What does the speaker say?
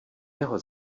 jeho